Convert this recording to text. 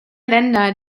länder